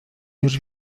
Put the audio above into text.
już